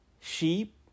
Sheep